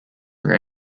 for